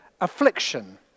affliction